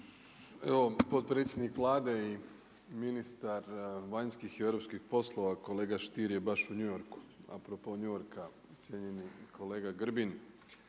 Evo potpredsjednik Vlade i ministar vanjskih i europskih poslova kolega Stier je baš u New Yorku. A propos New Yorka cijenjeni kolega Grbin